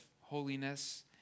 holiness